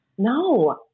No